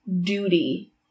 duty